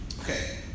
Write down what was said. Okay